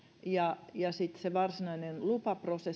ja ja sitten se varsinainen lupaprosessi sellaisissa